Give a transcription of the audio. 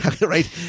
right